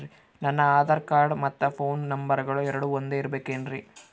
ನನ್ನ ಆಧಾರ್ ಕಾರ್ಡ್ ಮತ್ತ ಪೋನ್ ನಂಬರಗಳು ಎರಡು ಒಂದೆ ಇರಬೇಕಿನ್ರಿ?